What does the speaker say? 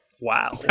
wow